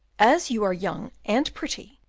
as you are young and pretty,